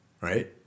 Right